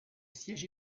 siège